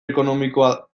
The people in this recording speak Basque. ekonomikoa